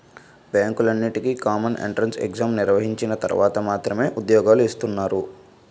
బ్యాంకులన్నింటికీ common entrance exam నిర్వహించిన తర్వాత మాత్రమే ఉద్యోగాలు ఇస్తున్నారు